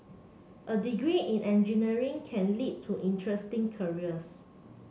a degree in engineering can lead to interesting careers